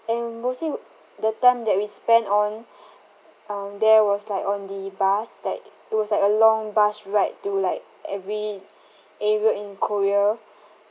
and mostly the time that we spent on um there was like on the bus like it was like a long bus ride to like every area in korea